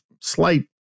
slight